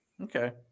Okay